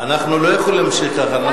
אנחנו לא יכולים להמשיך ככה.